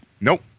Nope